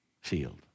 field